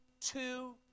two